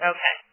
Okay